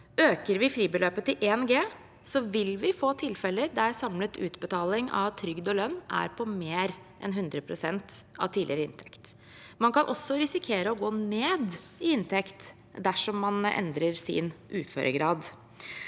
Øker vi fribeløpet til 1 G, vil vi få tilfeller der samlet utbetaling av trygd og lønn er på mer enn 100 pst. av tidligere inntekt. Man kan også risikere å gå ned i inntekt dersom man endrer sin uføregrad.